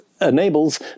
enables